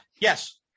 yes